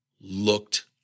looked